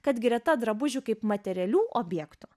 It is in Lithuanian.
kad greta drabužių kaip materialių objektų